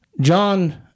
John